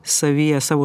savyje savo